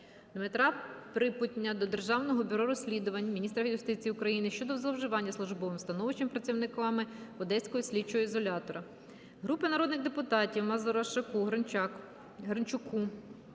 Дмитра Припутня до Державного бюро розслідувань, міністра юстиції України щодо зловживання службовим становищем працівниками Одеського слідчого ізолятору. Групи народних депутатів (Мазурашу, Гринчук)